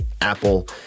Apple